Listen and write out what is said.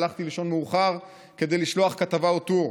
הלכתי לישון מאוחר כדי לשלוח כתבה או טור.